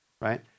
right